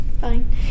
fine